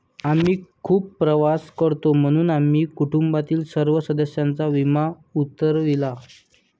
आम्ही खूप प्रवास करतो म्हणून आम्ही कुटुंबातील सर्व सदस्यांचा विमा उतरविला